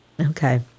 Okay